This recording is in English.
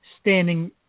standing